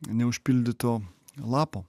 neužpildyto lapo